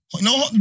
No